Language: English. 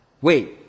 Wait